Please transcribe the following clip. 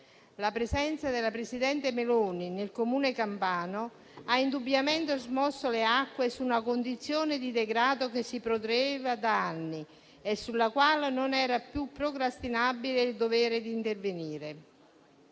La presenza della presidente Meloni nel Comune campano ha indubbiamente smosso le acque su una condizione di degrado che si protraeva da anni e sulla quale non era più procrastinabile il dovere di intervenire.